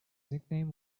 nickname